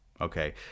Okay